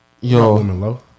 Yo